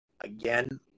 again